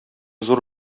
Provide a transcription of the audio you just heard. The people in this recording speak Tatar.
зур